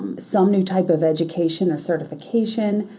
some new type of education or certification,